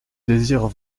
désire